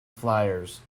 flyers